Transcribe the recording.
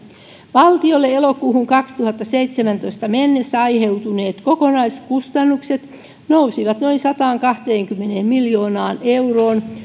valtiolle elokuuhun kaksituhattaseitsemäntoista mennessä aiheutuneet kokonaiskustannukset nousivat noin sataankahteenkymmeneen miljoonaan euroon